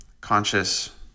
conscious